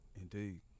Indeed